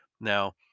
Now